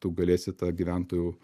tu galėsi tą gyventojų